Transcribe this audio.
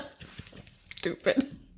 Stupid